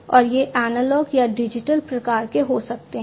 और ये एनालॉग या डिजिटल प्रकार के हो सकते हैं